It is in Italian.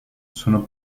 sono